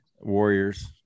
warriors